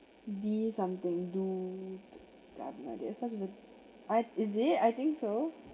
be something do that I have any idea cause is it I think so